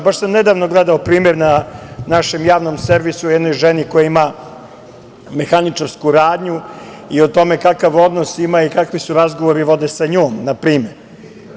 Baš sam nedavno gledao primer na našem javnom servisu o jednoj ženi koja ima mehaničarsku radnju i o tome kakav odnos ima i kakvi se razgovori vode sa njom, na primer.